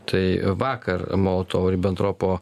tai vakar molotovo ribentropo